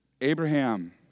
Abraham